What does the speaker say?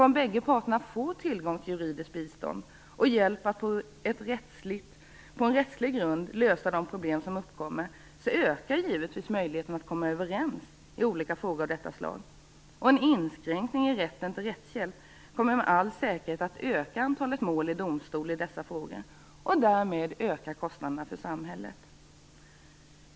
Om bägge parter får tillgång till juridiskt bistånd och hjälp att på en rättslig grund lösa de problem som uppkommer ökar givetvis möjligheten att komma överens i olika frågor av detta slag. En inskränkning i rätten till rättshjälp kommer med all säkerhet att öka antalet mål i domstol i dessa frågor och därmed öka kostnaderna för samhället.